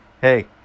hey